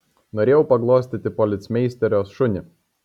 norėjau paglostyti policmeisterio šunį